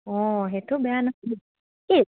অঁ সেইটো বেয়া নাছিল